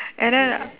and then